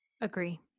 Agree